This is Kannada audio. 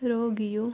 ರೋಗಿಯು